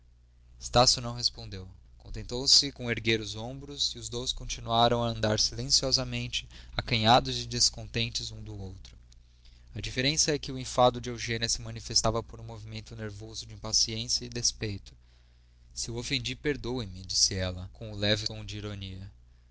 estácio não respondeu contentou-se com erguer os ombros e os dois continuaram a andar silenciosamente acanhados e descontentes um do outro a diferença é que o enfado de eugênia se manifestava por um movimento nervoso de impaciência e despeito se o ofendi perdoe-me disse ela com um leve tom